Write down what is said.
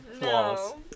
no